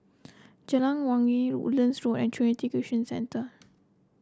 Jalan Wangi Woodlands Road and Trinity Christian Centre